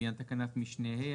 לעניין תקנת משנה ה',